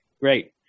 Great